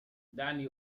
دعني